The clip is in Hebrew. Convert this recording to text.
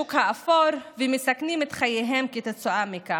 לשוק האפור ומסכנים את חייהם כתוצאה מכך.